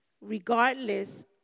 regardless